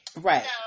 Right